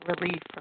relief